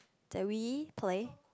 that we play